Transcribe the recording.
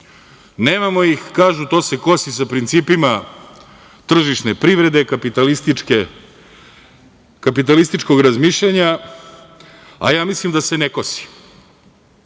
Nemamo ih. Kažu, to se kosi sa principima tržišne privrede, kapitalističkog razmišljanja, a mislim da se ne kosi.